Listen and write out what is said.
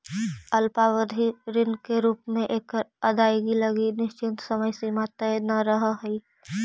अल्पावधि ऋण के रूप में एकर अदायगी लगी निश्चित समय सीमा तय न रहऽ हइ